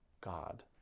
God